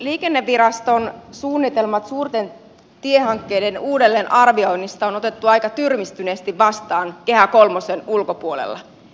liikenneviraston suunnitelmat suurten tiehankkeiden uudelleenarvioinnista on otettu aika tyrmistyneesti vastaan kehä kolmosen ulkopuolella